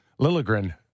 Lilligren